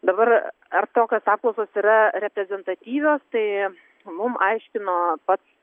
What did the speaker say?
dabar ar tokios apklausos yra reprezentatyvios tai mum aiškino pats